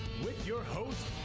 with your host,